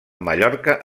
mallorca